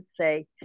say